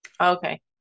Okay